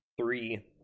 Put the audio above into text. three